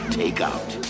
takeout